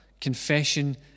confession